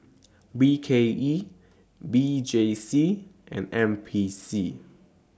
B K E V J C and N P C